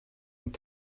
und